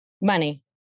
Money